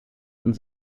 und